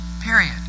Period